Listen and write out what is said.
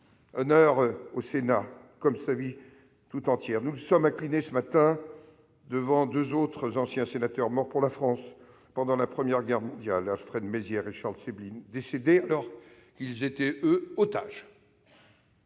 patrie, au Sénat, comme sa vie tout entière. Nous nous sommes inclinés ce matin devant deux autres anciens sénateurs morts pour la France pendant la Première Guerre mondiale, Alfred Mézières et Charles Sébline, décédés alors qu'ils étaient otages.